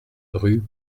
rue